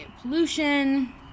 pollution